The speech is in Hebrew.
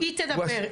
היא תדבר.